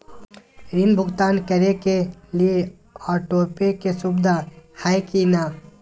ऋण भुगतान करे के लिए ऑटोपे के सुविधा है की न?